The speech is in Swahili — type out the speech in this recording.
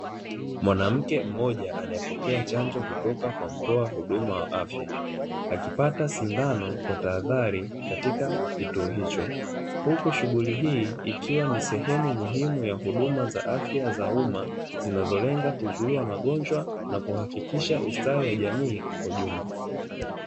Mwanamke mmoja anayepokea chanjo kutoka kwa mtoa huduma wa afya akipata sindano kwa tahadhari katika kituo hicho, huku shughuli hii ikiwa ni sehemu muhimu ya huduma za afya za umma zinazolenga kuzuia magonjwa na kuhakikisha ustawi wa jamii kwa ujumla.